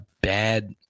bad